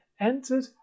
entered